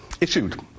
issued